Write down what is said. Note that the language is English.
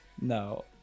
No